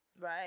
right